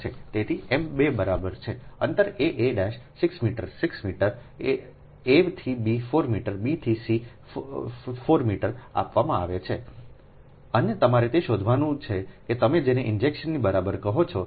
તેથી m બરાબર 2 અંતર aa' 6 મીટર 6 મીટર a થી b 4 મીટર b થી c 4 મીટર આપવામાં આવે છે અને તમારે તે શોધવાનું છે કે તમે જેને ઇન્ડક્શનને બરાબર કહો છો